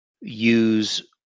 use